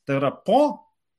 tai yra po